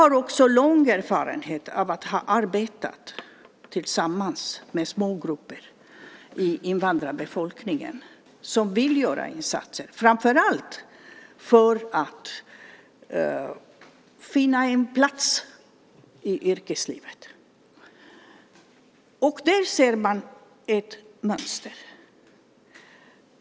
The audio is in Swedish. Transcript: Jag har lång erfarenhet av att arbeta tillsammans med små grupper i invandrarbefolkningen som vill göra insatser, framför allt för att finna en plats i yrkeslivet. Där ser man ett mönster.